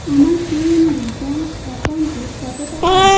আমার PNB bank অ্যাকাউন্টে কত টাকা আছে